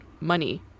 money